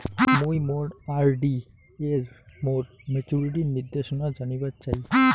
মুই মোর আর.ডি এর মোর মেচুরিটির নির্দেশনা জানিবার চাই